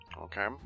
Okay